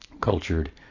cultured